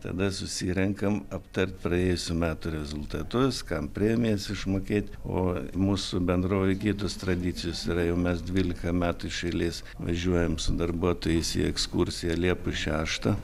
tada susirenkam aptart praėjusių metų rezultatus kam premijas išmokėti o mūsų bendrovėj kitos tradicijos yra jau mes dvylika metų iš eilės važiuojam su darbuotojais į ekskursiją liepos šeštą